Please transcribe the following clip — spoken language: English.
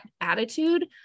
attitude